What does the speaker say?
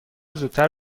زودتر